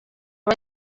aba